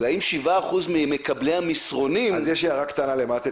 זה האם 7% ממקבלי המסרונים --- אז יש הערה קטנה למטה,